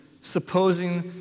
supposing